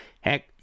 heck